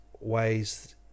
ways